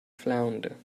flounder